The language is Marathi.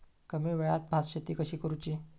कमी वेळात भात शेती कशी करुची?